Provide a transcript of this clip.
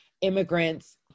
immigrants